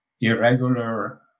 irregular